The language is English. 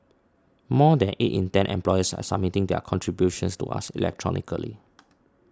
more than eight in ten employers are submitting their contributions to us electronically